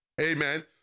Amen